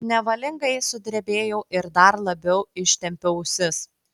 nevalingai sudrebėjau ir dar labiau ištempiau ausis